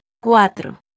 cuatro